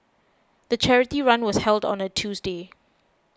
the charity run was held on a Tuesday